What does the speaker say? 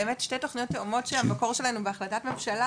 באמת שתי תוכניות תאומות שהמקור שלהן הוא בהחלטת ממשלה,